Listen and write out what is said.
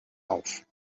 auf